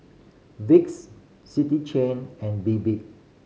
Vicks City Chain and Bebe